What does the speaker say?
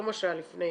לא מה שהיה לפני,